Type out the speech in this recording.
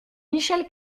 michel